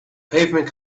pavement